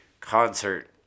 concert